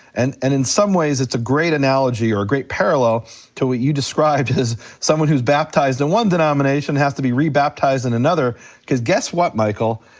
and and in some ways it's a great analogy or a great parallel to what you described as someone who's baptized in one denomination has to be re-baptized in another cause guess what, michael,